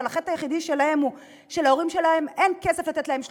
אבל החטא היחידי שלהם הוא שלהורים שלהם אין כסף לתת להם 30%,